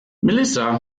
melissa